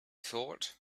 thought